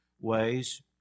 ways